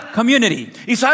community